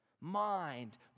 mind